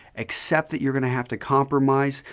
accept that you're going to have to compromise.